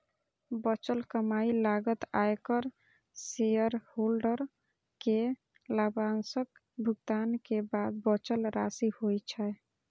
बचल कमाइ लागत, आयकर, शेयरहोल्डर कें लाभांशक भुगतान के बाद बचल राशि होइ छै